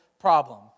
problem